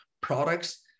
products